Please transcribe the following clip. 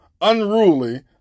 unruly